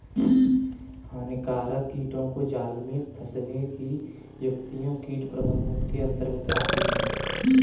हानिकारक कीटों को जाल में फंसने की युक्तियां कीट प्रबंधन के अंतर्गत आती है